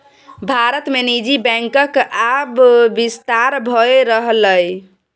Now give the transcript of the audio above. भारत मे निजी बैंकक आब बिस्तार भए रहलैए